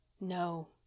No